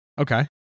Okay